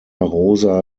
rosa